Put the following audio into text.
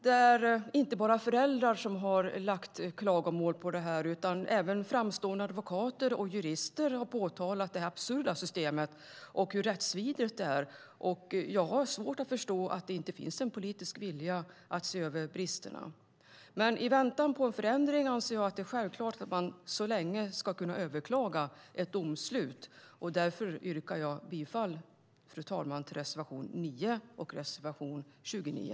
Det är inte bara föräldrar som har lagt fram klagomål på detta, utan även framstående advokater och jurister har påtalat det absurda systemet och hur rättsvidrigt det är. Jag har svårt att förstå att det inte finns en politisk vilja att se över bristerna. I väntan på en förändring anser jag det dock vara självklart att man ska kunna överklaga ett domslut, och därför yrkar jag bifall till reservation 9 och reservation 29.